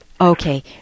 Okay